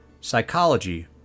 psychology